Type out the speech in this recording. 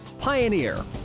Pioneer